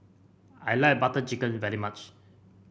I like Butter Chicken very much